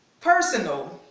personal